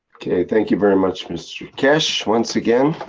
okay, thank you very much mr. keshe, once again.